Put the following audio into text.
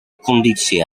conditie